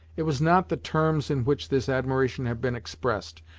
it was not the terms in which this admiration had been expressed,